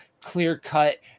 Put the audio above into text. clear-cut